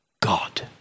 God